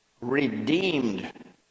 redeemed